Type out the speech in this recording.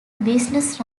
business